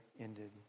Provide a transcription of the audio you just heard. Ended